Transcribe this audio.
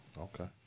Okay